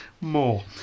More